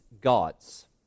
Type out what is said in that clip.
God's